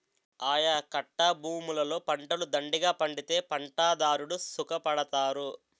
ఆయకట్టభూములలో పంటలు దండిగా పండితే పంటదారుడు సుఖపడతారు